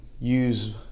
use